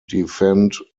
defend